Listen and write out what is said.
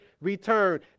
return